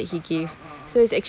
oh oh oh